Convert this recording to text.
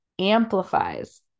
amplifies